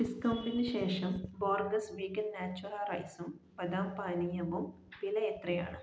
ഡിസ്കൗണ്ടിന് ശേഷം Borges vegan natura റൈസും ബദാം പാനീയവും വില എത്രയാണ്